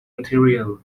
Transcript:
material